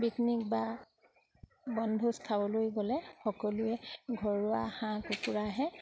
picnic বা বনভোজ খাবলৈ গ'লে সকলোৱে ঘৰুৱা হাঁহ কুকুৰাহে